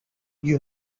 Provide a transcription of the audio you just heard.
you